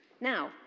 Now